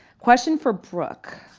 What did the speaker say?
question for brooke,